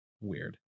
Weird